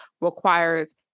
requires